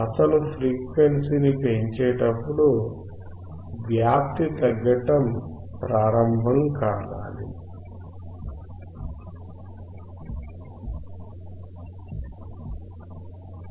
అతను ఫ్రీక్వెన్సీని పెంచేటప్పుడు వ్యాప్తి తగ్గడం ప్రారంభం కావాలి